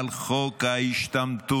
על חוק ההשתמטות.